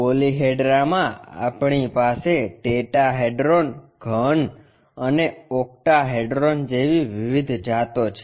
પોલિહેડ્રામાં આપણી પાસે ટેટ્રાહેડ્રોન ઘન અને ઓક્ટાહેડ્રોન જેવી વિવિધ જાતો છે